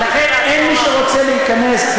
ולכן אין מי שרוצה להיכנס.